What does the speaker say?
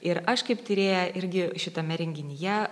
ir aš kaip tyrėja irgi šitame renginyje